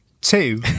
two